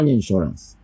insurance